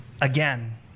again